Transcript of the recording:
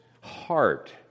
heart